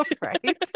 right